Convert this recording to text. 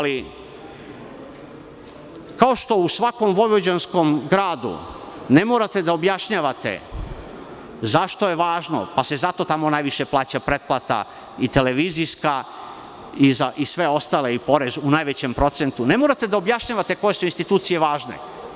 Kao što u svakom vojvođanskom gradu ne morate da objašnjavate zašto je važno, pa se zato tamo najviše plaća pretplata i televizijska i sve ostale i porez u najvećem procentu, ne morate da objašnjavate koje su institucije važne.